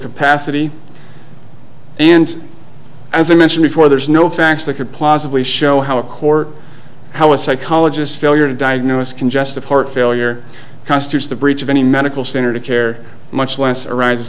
capacity and as i mentioned before there's no facts that could plausibly show how a court how a psychologist failure to diagnose congestive heart failure custer's the breach of any medical center to care much less arise